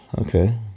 okay